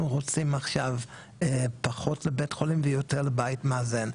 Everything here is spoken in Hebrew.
רוצים עכשיו פחות לבית חולים ויותר לבית מאזן.